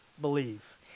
believe